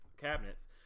cabinets